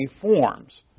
forms